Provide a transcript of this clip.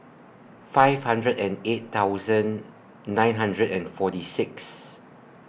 five hundred and eight thousand nine hundred and forty six